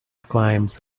climbs